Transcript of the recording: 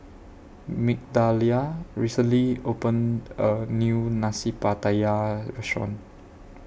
Migdalia recently opened A New Nasi Pattaya Restaurant